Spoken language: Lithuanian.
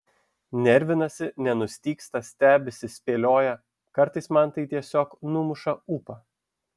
nervinasi nenustygsta stebisi spėlioja kartais man tai tiesiog numuša ūpą